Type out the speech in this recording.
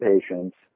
patients